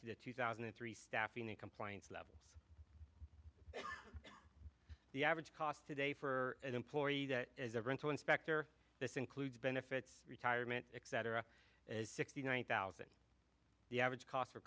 to the two thousand and three staffing the compliance level the average cost today for an employee that is a rental inspector this includes benefits retirement etc as sixty nine thousand the average cost for